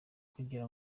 kugira